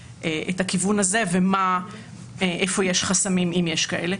הכיוון הזה ואיפה יש חסמים אם יש כאלה.